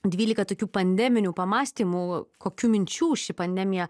dvyliką tokių pandeminių pamąstymų kokių minčių ši pandemija